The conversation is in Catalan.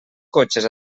cotxes